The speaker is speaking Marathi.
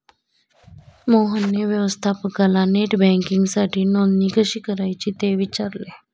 मोहनने व्यवस्थापकाला नेट बँकिंगसाठी नोंदणी कशी करायची ते विचारले